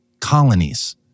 colonies